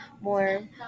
more